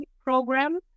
program